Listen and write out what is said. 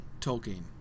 Tolkien